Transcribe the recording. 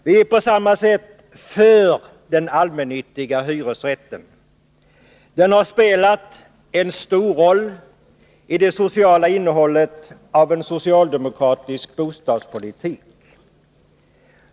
Vi är på samma sätt för den allmännyttiga hyresrätten. Den har spelat en stor roll i det sociala innehållet av en socialdemokratisk bostadspolitik.